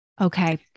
Okay